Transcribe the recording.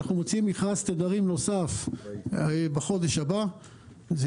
אנחנו מוציאים מכרז תדרים נוסף בחודש הבא וזה